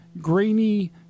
grainy